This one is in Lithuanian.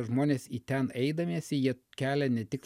žmonės į ten eidamiesi jie kelia ne tik